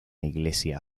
iglesia